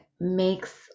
makes